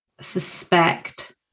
suspect